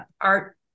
art